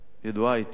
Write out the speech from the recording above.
ידועה היטב,